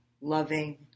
loving